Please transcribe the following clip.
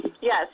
Yes